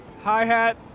hi-hat